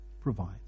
provides